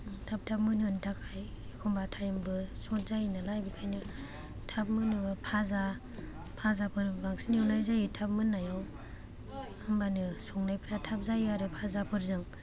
थाब थाब मोनहोनो थाखाय एखमबा टाइमबो सर्ट जायो नालाय बेखायनो थाब मोनोबा भाजा भाजाफोर बांसिन एवनाय जायो थाव मोन्नायाव होमबानो संनायफ्रा थाब जायो आरो बाजाफोरजों